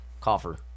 Coffer